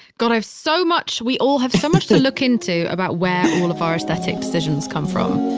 god, i've so much. we all have so much to look into about where all of our aesthetic decisions come from.